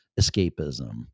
escapism